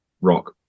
rock